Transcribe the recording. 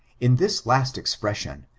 in this last expression,